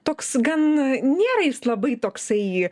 toks gan nėra jis labai toksai